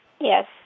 Yes